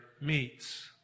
meets